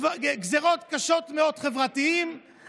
גזרות חברתיות קשות מאוד,